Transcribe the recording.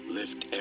lift